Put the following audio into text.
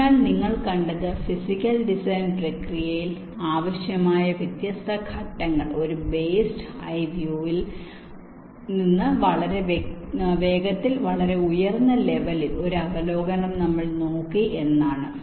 അതിനാൽ നിങ്ങൾ കണ്ടത് ഫിസിക്കൽ ഡിസൈൻ പ്രക്രിയയിൽ ആവശ്യമായ വ്യത്യസ്ത ഘട്ടങ്ങൾ ഒരു ബേഡ് 'സ് ഐ വ്യൂവിൽ വളരെ വേഗത്തിൽ വളരെ ഉയർന്ന ലെവലിൽ ഒരു അവലോകനം നമ്മൾ നോക്കി എന്നതാണ്